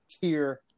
tier